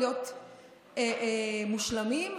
מלהיות מושלמים,